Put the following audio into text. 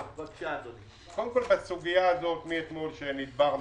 קודם כל, הסוגיה הזאת מאתמול שנדברנו,